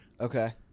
Okay